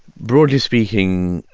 broadly speaking,